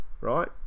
right